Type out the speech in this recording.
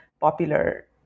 popular